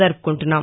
జరుపుకుంటున్నాం